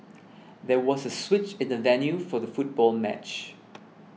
there was a switch in the venue for the football match